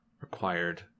required